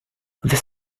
this